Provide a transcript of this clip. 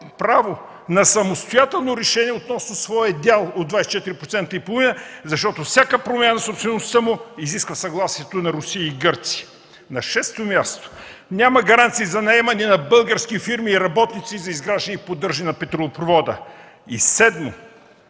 право на самостоятелно решение относно своя дял от 24,5%, защото всяка промяна на собствеността изисква съгласието на Русия и Гърция. На шесто място – няма гаранции за наемане на български фирми и работници за изграждане и поддържане на петролопровода. Седмо,